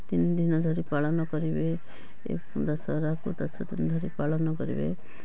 ତିନିଦିନ ଧରି ପାଳନ କରିବେ ଏ ଦଶହରାକୁ ଦଶଦିନ ଧରି ପାଳନ କରିବେ